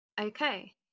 Okay